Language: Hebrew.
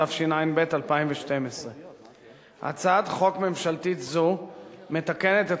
התשע"ב 2012. הצעת חוק ממשלתית זו מתקנת את